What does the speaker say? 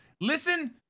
Listen